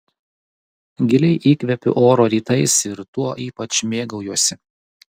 giliai įkvepiu oro rytais ir tuo ypač mėgaujuosi